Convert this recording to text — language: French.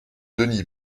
denis